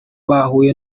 bahuye